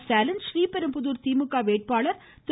ஸ்டாலின் ஸ்ரீபெரும்புதூர் திமுக வேட்பாளர் திரு